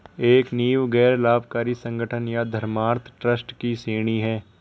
एक नींव गैर लाभकारी संगठन या धर्मार्थ ट्रस्ट की एक श्रेणी हैं